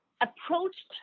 approached